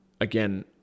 again